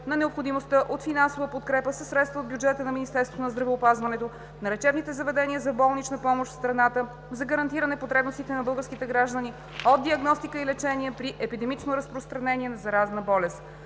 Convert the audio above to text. на необходимостта от финансова подкрепа със средства от бюджета на Министерството на здравеопазването на лечебните заведения за болнична помощ в страната за гарантиране потребностите на българските граждани от диагностика и лечение при епидемично разпространение на заразна болест.